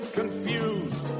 confused